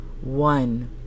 One